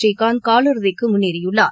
புநீகாந்த் கால் இறுதிக்குமுன்னேறியுள்ளார்